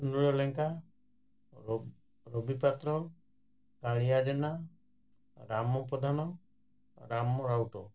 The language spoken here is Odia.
ସୁନ୍ଦର ଲେଙ୍କା ରବି ପାତ୍ର କାଳିଆ ଜେନା ରାମ ପ୍ରଧାନ ରାମ ରାଉତ